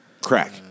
crack